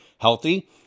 healthy